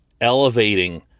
elevating